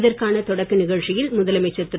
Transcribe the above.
இதற்கான தொடக்கி நிகழ்ச்சியில் முதலமைச்சர் திரு